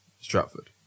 Stratford